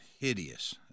hideous